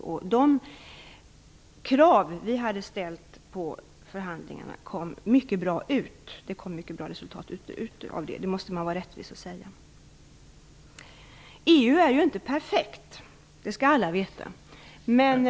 När det gäller de krav som vi ställt på förhandlingarna är resultatet mycket bra. Det måste jag i rättvisans namn säga. EU är inte perfekt -- det skall alla veta.